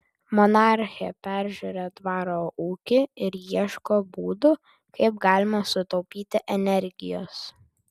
monarchė peržiūri dvaro ūkį ir ieško būdų kaip galima sutaupyti energijos